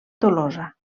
tolosa